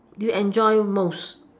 you enjoy most